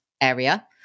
area